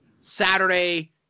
Saturday